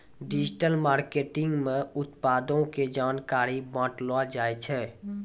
digital marketing मे उत्पादो के जानकारी बांटलो जाय छै